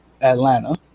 Atlanta